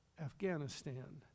Afghanistan